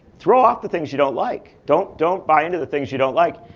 throw out the things you don't like. don't don't buy into the things you don't like.